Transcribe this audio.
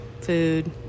food